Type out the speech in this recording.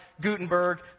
Gutenberg